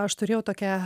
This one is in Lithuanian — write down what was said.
aš turėjau tokią